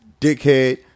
dickhead